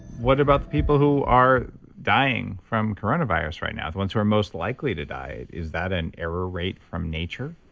what about the people who are dying from coronavirus right yeah ones who are most likely to die? is that an error rate from nature?